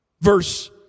Verse